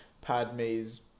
Padme's